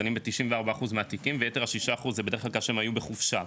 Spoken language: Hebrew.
דנים ב-94 אחוז מהתיקים ויתר השישה אחוז זה בדרך כלל שהם היו בחופשה.